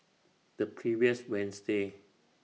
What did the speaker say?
The previous Wednesday